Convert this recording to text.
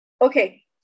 Okay